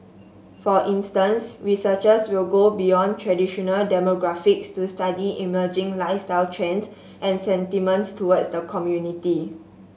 for instance researchers will go beyond traditional demographics to study emerging lifestyle trends and sentiments towards the community